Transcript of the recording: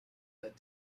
that